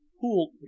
Pool